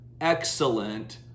excellent